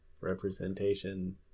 representation